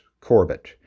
Corbett